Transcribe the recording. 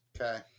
Okay